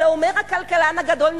אלא אומר הכלכלן הגדול,